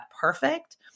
perfect